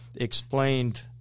explained